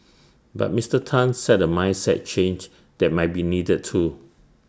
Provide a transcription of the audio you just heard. but Mister Tan said A mindset change that might be needed too